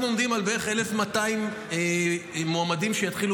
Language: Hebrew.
אנחנו עומדים על בערך 1,200 מועמדים שהתחילו